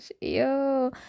yo